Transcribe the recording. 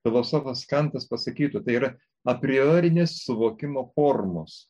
filosofas kantas pasakytų tai yra apriorinės suvokimo formos